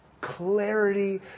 clarity